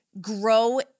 grow